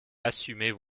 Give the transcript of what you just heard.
assumez